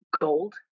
gold